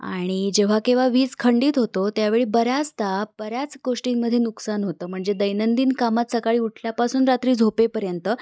आणि जेव्हा केव्हा वीज खंडित होतो त्यावेळी बऱ्याचदा बऱ्याच गोष्टींमध्ये नुकसान होतं म्हणजे दैनंदिन कामात सकाळी उठल्यापासून रात्री झोपेपर्यंत